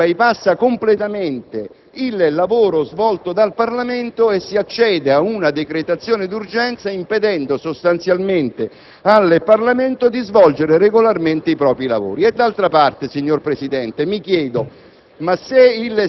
perché si bypassa completamente il lavoro svolto dal Parlamento e si accede ad una decretazione d'urgenza impedendo al Parlamento di svolgere regolarmente i propri lavori. D'altra parte, signor Presidente, se il